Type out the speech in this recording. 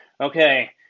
Okay